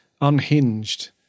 unhinged